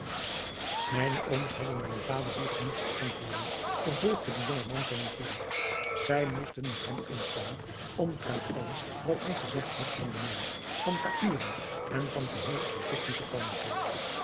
mijne ooms hadden mijn vader hierop niets te antwoorden vervolgde de jonge man van moussoul zij moesten met hem instemmen omtrent alles wat hij gezegd had van den nijl van caïro en van geheel het egyptische koningrijk